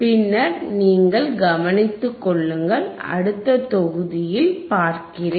பின்னர் நீங்கள் கவனித்துக் கொள்ளுங்கள் அடுத்த தொகுதியில் பார்க்கிறேன்